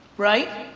right?